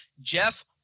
Jeff